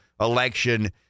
election